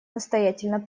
настоятельно